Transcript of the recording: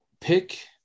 pick